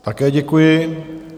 Také děkuji.